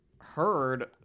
heard